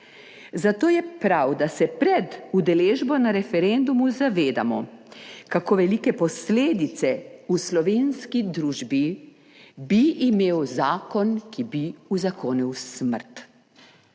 Zato je prav, da se pred udeležbo na referendumu zavedamo, kako velike posledice v slovenski družbi bi imel zakon, ki bi uzakonil smrt.